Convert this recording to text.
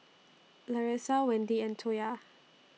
Larissa Wendi and Toya